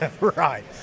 Right